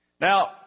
Now